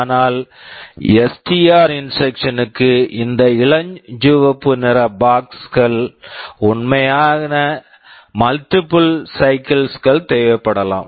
ஆனால் STR STR instruction instruction க்கு இந்த இளஞ்சிவப்பு நிற பாக்ஸ் box ல் உண்மையில் மல்ட்டிப்பிள் சைக்கிள்ஸ் multiple cycles கள் தேவைப்படலாம்